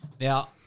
Now